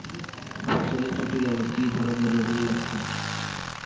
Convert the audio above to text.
ফসলে শুটি লাগা কি ধরনের রোগের লক্ষণ?